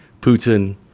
Putin